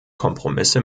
kompromisse